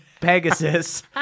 Pegasus